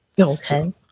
Okay